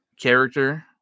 character